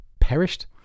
Perished